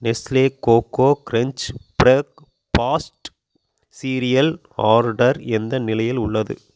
Nestle Koko Krunch breakfast cereal order எந்த நிலையில் உள்ளது